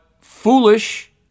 foolish